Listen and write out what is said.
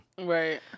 Right